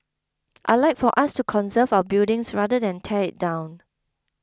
I'd like for us to conserve our buildings rather than tear it down